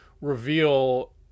reveal